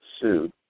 sued